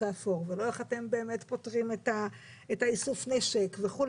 האפור ולא איך אתם באמת פותרים את איסוף הנשק וכו'.